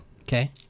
Okay